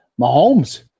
Mahomes